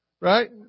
Right